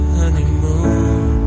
honeymoon